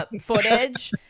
footage